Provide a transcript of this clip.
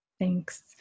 Thanks